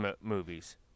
movies